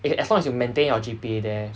if as long as you maintain your G_P_A there